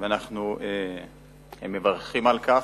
ואנחנו מברכים על כך.